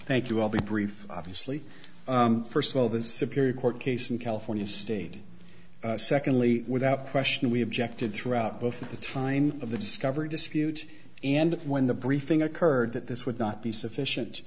thank you i'll be brief obviously first of all the superior court case in california stayed secondly without question we objected throughout both at the time of the discovery dispute and when the briefing occurred that this would not be sufficient